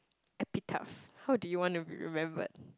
epitaph how do you want to be remembered